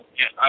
yes